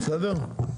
בסדר?